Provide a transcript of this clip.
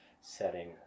setting